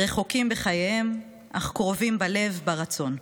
רחוקים בחייהם אך קרובים בלב, ברצון,